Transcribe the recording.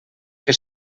que